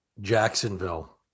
Jacksonville